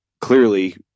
Clearly